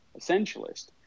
essentialist